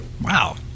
wow